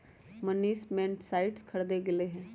Manish nematicide खरीदे गय लय